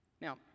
Now